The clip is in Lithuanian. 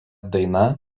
daina